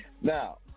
Now